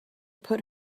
put